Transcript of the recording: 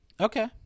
Okay